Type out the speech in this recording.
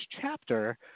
chapter